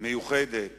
מיוחדת